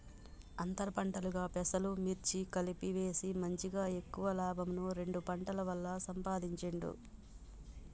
అంతర్ పంటలుగా పెసలు, మిర్చి కలిపి వేసి మంచిగ ఎక్కువ లాభంను రెండు పంటల వల్ల సంపాధించిండు